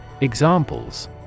Examples